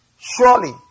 Surely